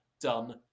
done